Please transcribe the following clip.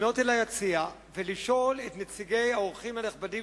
לפנות אל היציע ולשאול את נציגי האורחים הנכבדים